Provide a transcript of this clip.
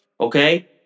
okay